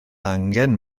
angen